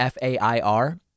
fair